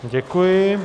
Děkuji.